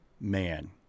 Man